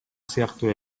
сыяктуу